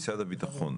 משרד הביטחון,